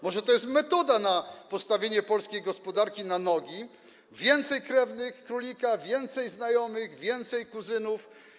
Może to jest metoda na postawienie polskiej gospodarki na nogi: więcej krewnych królika, więcej znajomych, więcej kuzynów.